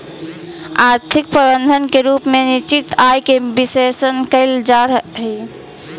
आर्थिक प्रबंधन के रूप में निश्चित आय के विश्लेषण कईल जा हई